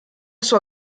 sua